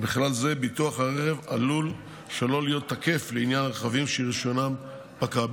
ובכלל זה ביטוח הרכב עלול שלא להיות תקף לעניין רכבים שרישיונם פקע.